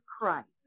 Christ